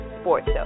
sports